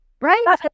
Right